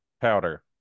powder